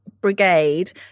brigade